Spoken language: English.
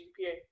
GPA